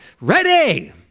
ready